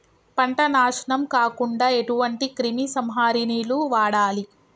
పంట నాశనం కాకుండా ఎటువంటి క్రిమి సంహారిణిలు వాడాలి?